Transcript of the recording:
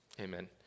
amen